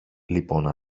λοιπόν